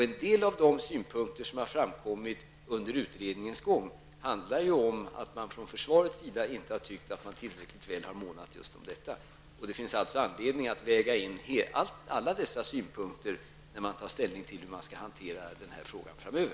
En del av de synpunkter som har framkommit under utredningens gång handlar om att man från försvarets sida inte har tyckt att man månat tillräckligt om detta. Det finns alltså anledning att väga in alla dessa synpunkter när man tar ställning till hur man skall hantera den här frågan framöver.